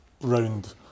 round